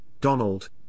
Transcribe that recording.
Donald